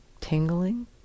tingling